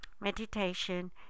Meditation